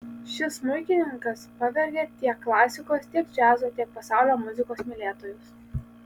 šis smuikininkas pavergia tiek klasikos tiek džiazo tiek pasaulio muzikos mylėtojus